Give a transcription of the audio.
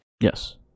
Yes